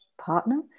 partner